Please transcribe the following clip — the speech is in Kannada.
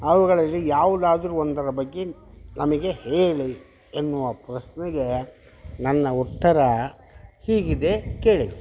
ಅವುಗಳಲ್ಲಿ ಯಾವುದಾದರು ಒಂದರ ಬಗ್ಗೆ ನಮಗೆ ಹೇಳಿ ಎನ್ನುವ ಪ್ರಶ್ನೆಗೆ ನನ್ನ ಉತ್ತರ ಹೀಗಿದೆ ಕೇಳಿ